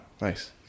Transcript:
Nice